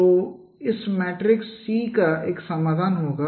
तो यह इस मैट्रिक्स C का एक समाधान होगा